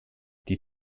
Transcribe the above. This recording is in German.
die